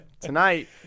tonight